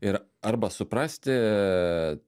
ir arba suprasti